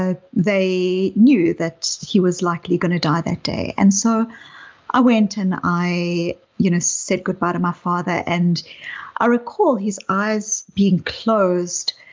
ah they knew that he was likely going to die that day and so i went and i you know said goodbye to my father. and i recall his eyes being closed,